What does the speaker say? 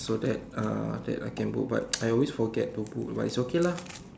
so that uh that I can book but I always forget to book but it's okay lah